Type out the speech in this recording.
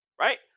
Right